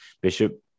Bishop